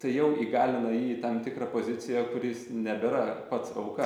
tai jau įgalina jį į tam tikrą poziciją kuris nebėra pats auka